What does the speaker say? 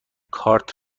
کارت